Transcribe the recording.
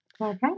Okay